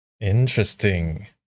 Interesting